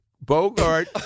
Bogart